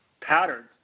patterns